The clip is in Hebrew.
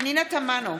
פנינה תמנו,